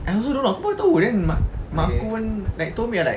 I also don't know aku baru tahu then mak aku pun like told me I'm like